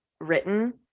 written